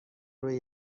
روی